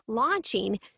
launching